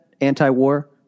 anti-war